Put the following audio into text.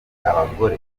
abagore